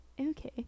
okay